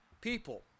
people